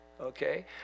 Okay